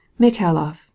Mikhailov